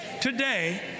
today